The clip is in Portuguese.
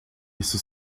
isso